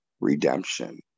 redemption